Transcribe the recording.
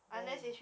oh